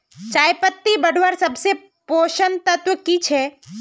चयपत्ति बढ़वार सबसे पोषक तत्व की छे?